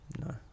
No